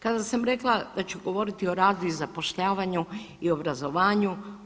Kada sam rekla da ću govoriti o radu i zapošljavanju i obrazovanju.